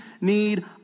need